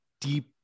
deep